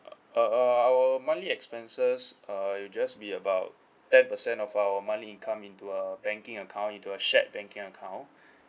uh uh our monthly expenses uh will just be about ten percent of our monthly income into a banking account into a shared banking account